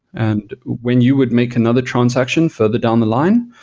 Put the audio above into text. and when you would make another transaction further down the line,